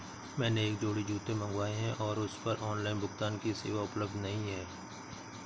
मैंने एक जोड़ी जूते मँगवाये हैं पर उस पर ऑनलाइन भुगतान की सेवा उपलब्ध नहीं है